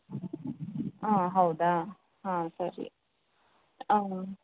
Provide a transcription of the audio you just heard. ಹಾಂ ಹೌದಾ ಹಾಂ ಸರಿ